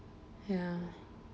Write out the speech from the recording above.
ya